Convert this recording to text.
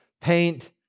paint